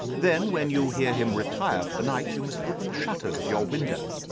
then when you hear him retire for the night, you must open the shutters of your window,